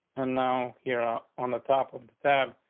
and now here ah on the top of the tab,